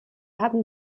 haben